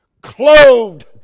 clothed